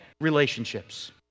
relationships